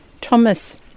Thomas